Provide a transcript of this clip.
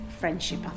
Friendship